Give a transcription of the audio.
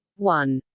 one.